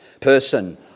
person